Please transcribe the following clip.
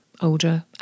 older